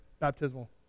Baptismal